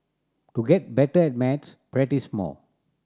to get better at maths practise more